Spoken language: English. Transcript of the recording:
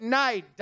night